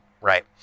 right